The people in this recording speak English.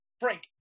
Frank